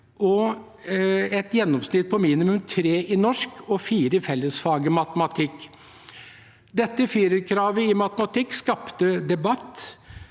et gjennomsnitt på minimum karakteren 3 i norsk og karakteren 4 i fellesfaget matematikk. Dette firerkravet i matematikk skapte debatt,